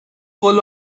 full